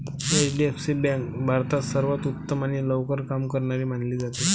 HDFC bank भारतात सर्वांत उत्तम आणि लवकर काम करणारी मानली जाते